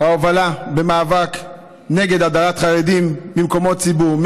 ההובלה במאבק נגד הדרת חרדים ממקומות ציבור,